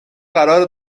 قراره